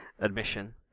admission